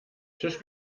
tisch